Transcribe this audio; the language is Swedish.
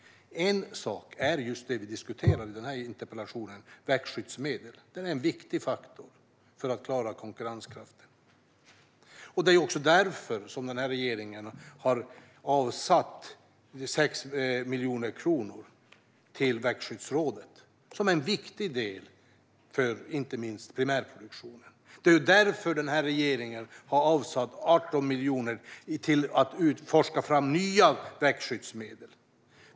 En sak är just det som vi diskuterar i den här interpellationsdebatten, alltså växtskyddsmedel. Det är en viktig faktor för att klara konkurrenskraften. Det är därför som den här regeringen har avsatt 6 miljoner kronor till Växtskyddsrådet som en viktig del för inte minst primärproduktionen. Det är också därför som den här regeringen har avsatt 18 miljoner till att forska fram nya växtskyddsmedel.